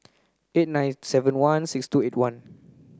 eight nine seven one six two eight one